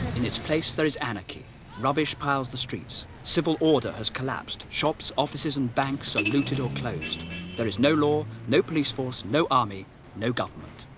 in its place, there is anarchy rubbish piles the streets civil order has collapsed shops offices and banks are looted or closed there is no law no police force. no army no government